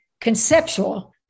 conceptual